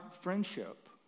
friendship